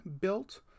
built